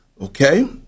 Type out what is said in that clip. Okay